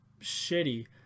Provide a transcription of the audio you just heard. shitty